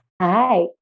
Hi